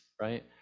right